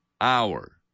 hour